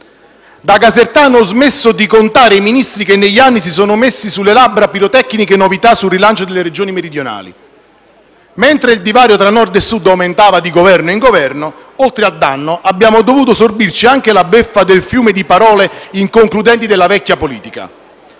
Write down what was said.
Da casertano ho smesso di contare i Ministri che negli anni si sono messi sulle labbra pirotecniche novità sul rilancio delle Regioni meridionali. Mentre il divario tra Nord e Sud aumentava di Governo in Governo, oltre al danno abbiamo dovuto sorbirci anche la beffa del fiume di parole inconcludenti della vecchia politica.